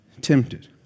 Tempted